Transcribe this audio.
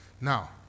Now